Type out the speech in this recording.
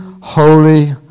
holy